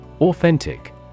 Authentic